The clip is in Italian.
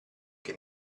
che